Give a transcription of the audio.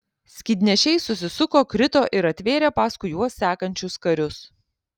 skydnešiai susisuko krito ir atvėrė paskui juos sekančius karius